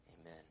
Amen